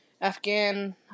Afghan